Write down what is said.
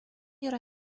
yra